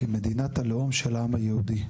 כמדינת הלאום של העם היהודי.